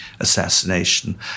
assassination